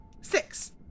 Six